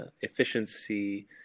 efficiency